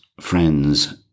friends